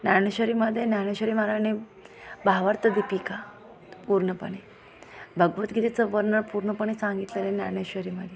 ज्ञानेश्वरीमध्ये ज्ञानेश्वर महाराजांनी भावार्थ दीपिका पूर्णपणे भगवदगीतेचं वर्णन पूर्णपणे सांगितलेलं आहे ज्ञानेश्वरीमध्ये